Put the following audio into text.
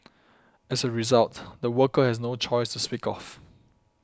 as a result the worker has no choice to speak of